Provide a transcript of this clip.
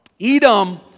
Edom